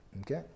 Okay